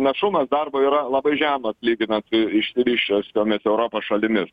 našumas darbo yra labai žemas lyginant su išsivysčiusiomis europos šalimis